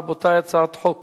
רבותי, הצעת חוק